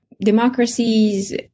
democracies